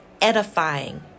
edifying